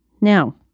now